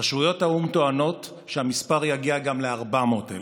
רשויות האו"ם טוענות שהמספר יגיע גם ל-400,000.